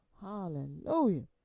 hallelujah